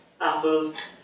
Apples